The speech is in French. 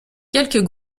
quelques